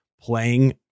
playing